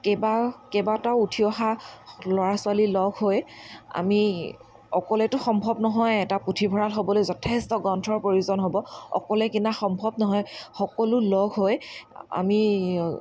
কেইবা কেইবাটাও উঠি অহা ল'ৰা ছোৱালী লগ হৈ আমি অকলেতো সম্ভৱ নহয় এটা পুথিভঁৰাল হ'বলৈ যথেষ্ট গ্ৰন্থৰ প্ৰয়োজন হ'ব অকলে কিনা সম্ভৱ নহয় সকলো লগ হৈ আমি